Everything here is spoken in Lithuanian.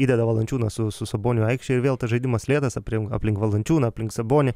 įdeda valančiūną su su saboniu aikštėj ir vėl tas žaidimas lėtas aprink aplink valančiūną aplink sabonį